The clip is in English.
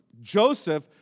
Joseph